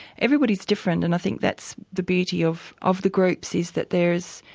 everybody's different and i think that's the beauty of of the groups, is that there's.